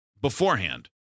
beforehand